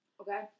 Okay